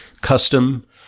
custom